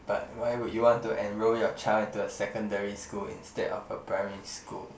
but why would you want to enroll your child into a secondary school instead of a primary school